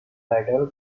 friedel